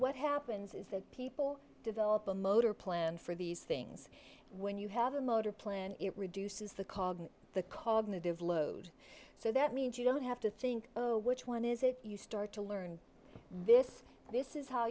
what happens is that people develop a motor plan for these things when you have a motor plan it reduces the cog the cognitive load so that means you don't have to think which one is it you start to learn this this is how